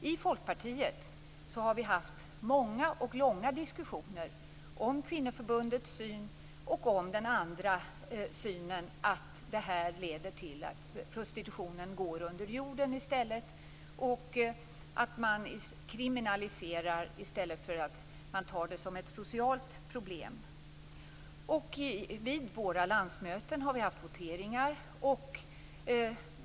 I Folkpartiet har vi haft många och långa diskussioner om kvinnoförbundets syn och om synen att en kriminalisering leder till att prostitutionen i stället går under jorden. Man kriminaliserar i stället för att se det som ett socialt problem. Vid våra landsmöten har vi haft voteringar.